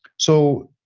so,